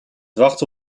wachten